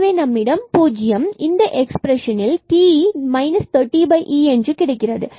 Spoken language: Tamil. எனவே நம்மிடம் 0 கிடைக்கும் இந்த எக்ஸ்பிரஷன் இல் t 30e கிடைக்கிறது